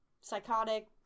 psychotic